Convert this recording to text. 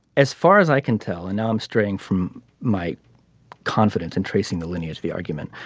as far as i can tell and now i'm straying from my confidence in tracing the lineage of the argument.